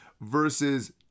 versus